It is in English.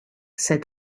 said